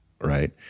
right